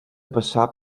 passar